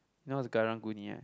know what's Karang-Guni ah